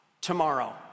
tomorrow